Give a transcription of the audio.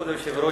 כבוד היושב-ראש,